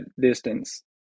distance